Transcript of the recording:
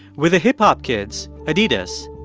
with the hip-hop kids adidas,